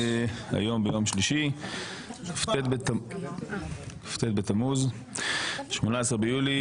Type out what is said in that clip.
היום יום שלישי, כ"ט בתמוז, 18 ביולי.